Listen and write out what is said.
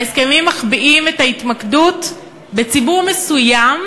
ההסכמים מחביאים את ההתמקדות בציבור מסוים,